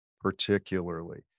particularly